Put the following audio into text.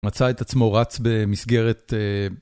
מצא את עצמו רץ במסגרת...